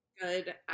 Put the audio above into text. good